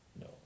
No